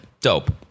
Dope